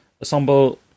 assemble